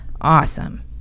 awesome